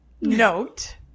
note